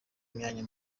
imyanya